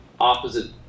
opposite